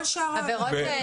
כל שאר העבירות.